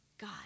God